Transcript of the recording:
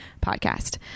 podcast